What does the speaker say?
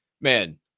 man